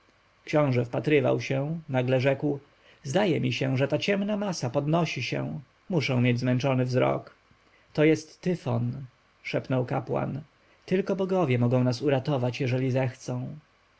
książąksiążę wpatrywał się nagle rzekł zdaje mi się że ta ciemna masa podnosi się muszę mieć zmęczony wzrok to jest tyfon szepnął kapłan tylko bogowie mogą nas uratować jeżeli zechcą